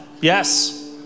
Yes